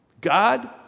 God